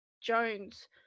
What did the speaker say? Jones